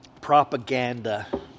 Propaganda